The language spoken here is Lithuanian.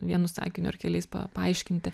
vienu sakiniu ar keliais pa paaiškinti